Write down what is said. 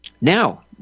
now